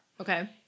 Okay